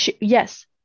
Yes